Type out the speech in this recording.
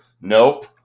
nope